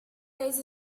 days